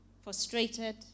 frustrated